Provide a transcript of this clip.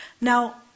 Now